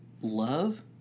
love